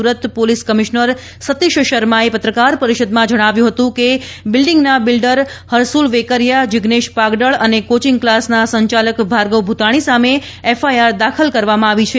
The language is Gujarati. સુરત પોલીસ કમિશનર સતીષ શર્માએ પત્રકાર પરિષદમાં જણાવ્યું હતું કે બિલ્ડિંગના બિલ્ડર હરસુલ વેકરીયા જીગ્નેશ પાગડળ અને કોચિંગ ક્લાસના સંચાલક ભાર્ગવ ભ્રતાણી સામે એફઆઈઆર દાખલ કરવામાં આવી છે